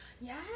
Yes